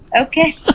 okay